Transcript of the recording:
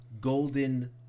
golden